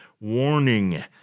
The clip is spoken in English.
warning